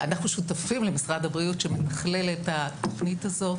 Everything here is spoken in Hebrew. אנחנו שותפים למשרד הבריאות שמתכלל את התוכנית הזאת